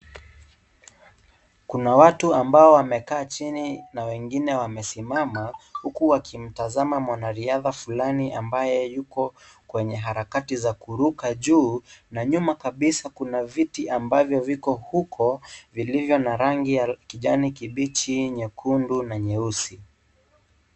Kuna watu ambao wamekaa chini na wengine wamesimama huku wakimtazama mwanariadha fulani ambaye yuko kwenye harakati za kuruka juu na nyuma kabisa kuna viti ambavyo viko huko vilivyo na rangi ya kijani kibichi, nyekundu na nyeusi.